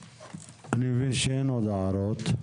אני מבין שאין עוד הערות.